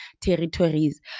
territories